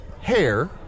hair